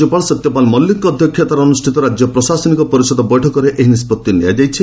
ରାଜ୍ୟପାଳ ସତ୍ୟପାଲ ମଲ୍ଲିକଙ୍କ ଅଧ୍ୟକ୍ଷତାରେ ଅନୁଷ୍ଠିତ ରାଜ୍ୟ ପ୍ରଶାସନିକ ପରିଷଦ ବୈଠକରେ ଏହି ନିଷ୍ପତ୍ତି ନିଆଯାଇଛି